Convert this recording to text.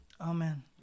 Amen